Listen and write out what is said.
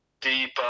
deep